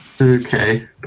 Okay